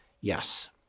Yes